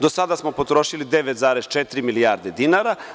Do sada smo potrošili 9,4 milijarde dinara.